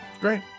great